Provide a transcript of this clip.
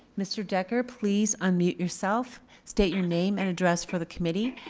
mr. decker, please unmute yourself, state your name and address for the committee.